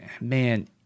man